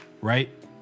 right